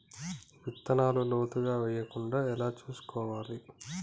విత్తనాలు లోతుగా వెయ్యకుండా ఎలా చూసుకోవాలి?